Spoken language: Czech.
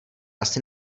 asi